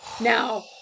Now